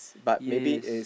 yes